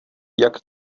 jak